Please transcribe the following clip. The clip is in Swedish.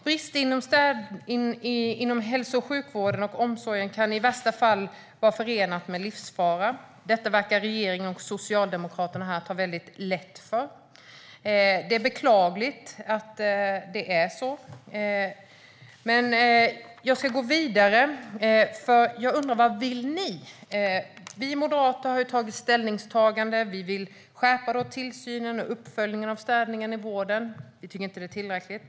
Brister i städningen inom hälso och sjukvården och omsorgen kan i värsta fall vara förenade med livsfara. Detta verkar regeringen och Socialdemokraterna ta väldigt lätt på. Det är beklagligt att det är så. Men jag ska gå vidare, för jag undrar vad ni vill. Vi moderater har gjort ett ställningstagande. Vi vill skärpa tillsynen och uppföljningen av städningen i vården. Vi tycker inte att den är tillräcklig.